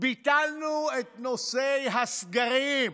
ביטלנו את נושא הסגרים,